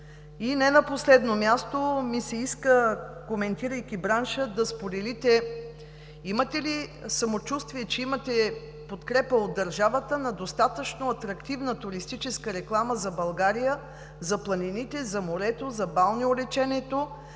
Не на последно място ми се иска, коментирайки бранша, да споделите имате ли самочувствие, че имате подкрепата от държавата за достатъчно атрактивна туристическа реклама – за България, за планините, за морето, за балнеолечението.